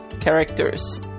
characters